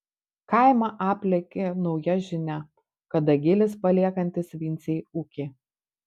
kaimą aplėkė nauja žinia kad dagilis paliekantis vincei ūkį